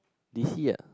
D C ah